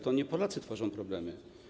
To nie Polacy tworzą problemy.